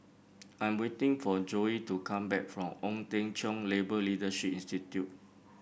I am waiting for Zoie to come back from Ong Teng Cheong Labour Leadership Institute